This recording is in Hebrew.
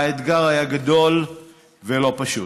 האתגר היה גדול ולא פשוט.